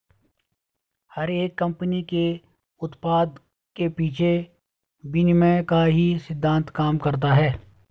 हर एक कम्पनी के उत्पाद के पीछे विनिमय का ही सिद्धान्त काम करता है